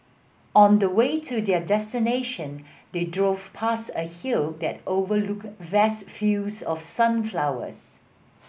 on the way to their destination they drove past a hill that overlooked vast fields of sunflowers